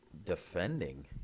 Defending